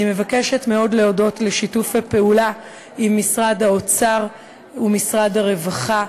אני מבקשת מאוד להודות על שיתוף הפעולה עם משרד האוצר ומשרד הרווחה,